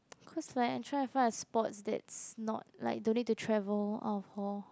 because like I try to find a sport that's not like the little travel out of hall